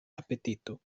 apetito